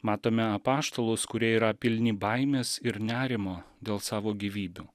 matome apaštalus kurie yra pilni baimės ir nerimo dėl savo gyvybių